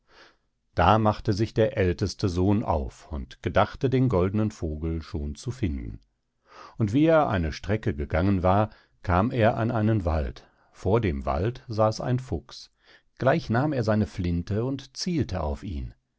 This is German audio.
da machte sich der älteste sohn auf und gedachte den goldenen vogel schon zu finden und wie er eine strecke gegangen war kam er an einen wald vor dem wald saß ein fuchs gleich nahm er seine flinte und zielte auf ihn